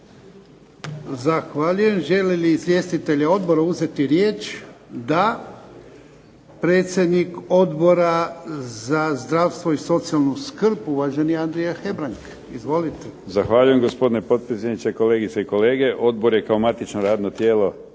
Zahvaljujem. Žele li izvjestitelji odbora uzeti riječ? Da. Predsjednik Odbora za zdravstvo i socijalnu skrb, uvaženi Andrija Hebrang. Izvolite. **Hebrang, Andrija (HDZ)** Zahvaljujem gospodine potpredsjedniče, kolegice i kolege Odbor je kao matično radno tijelo